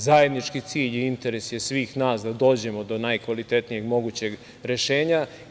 Zajednički cilj i interes je svih nas da dođemo do najkvalitetnijeg mogućeg rešenja.